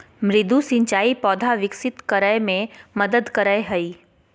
मृदु सिंचाई पौधा विकसित करय मे मदद करय हइ